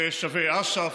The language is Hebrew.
זה שווה אש"ף,